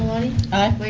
aye.